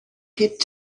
kid